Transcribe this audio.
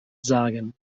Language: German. sagen